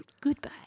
Goodbye